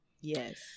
yes